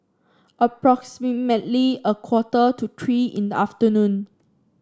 approximately a quarter to three in the afternoon